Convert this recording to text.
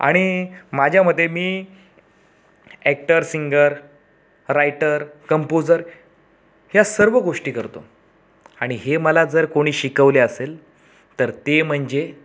आणि माझ्या मते मी ॲक्टर सिंगर राईटर कंपोजर या सर्व गोष्टी करतो आणि हे मला कोणी जर शिकवले असेल तर ते म्हणजे